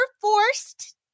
forced